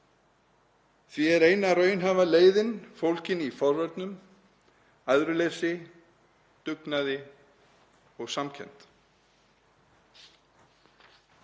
Því er eina raunhæfa leiðin fólgin í forvörnum, æðruleysi, dugnaði og samkennd.